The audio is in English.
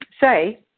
say